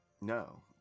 No